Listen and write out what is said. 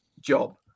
job